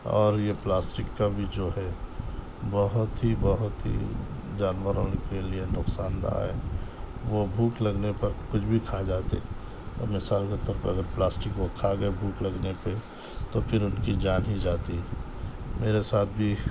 اور یہ پلاسٹک کا بھی جو ہے بہت ہی بہت ہی جانوروں کے لئے نقصان دہ ہے وہ بھوک لگنے پر کچھ بھی کھا جاتے مثال کے طور پر اگر پلاسٹک وہ کھا گئے بھوک لگنے پہ تو پھر ان کی جان ہی جاتی ہے میرے ساتھ بھی